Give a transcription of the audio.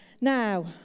Now